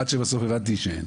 עד שלבסוף הבנתי שאין.